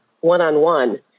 one-on-one